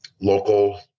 local